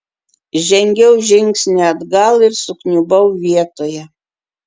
žengiau žingsnį atgal ir sukniubau vietoje